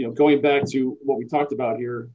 you know going back to what we talked about